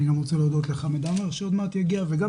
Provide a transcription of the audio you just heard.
אני גם רוצה להודות לח"כ חמד עמאר שעוד מעט יגיע וגם